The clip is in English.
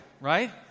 right